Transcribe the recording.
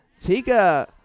Tika